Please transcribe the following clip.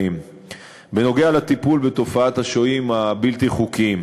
השתתפות בצער משפחת מלאכי רוזנפלד,